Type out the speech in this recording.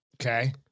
Okay